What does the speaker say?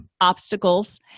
obstacles